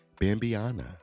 Bambiana